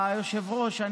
היושב-ראש,